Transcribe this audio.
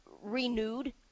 renewed